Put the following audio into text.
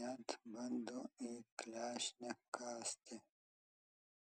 net bando į klešnę kąsti